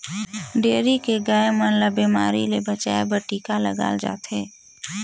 dairy के गाय मन ल बेमारी ले बचाये बर टिका लगाल जाथे